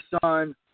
son